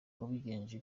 wabigenje